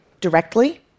directly